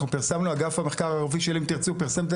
אגף המחקר הערבי של "אם תרצו" פרסם את